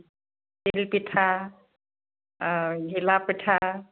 তিল পিঠা ঘিলা পিঠা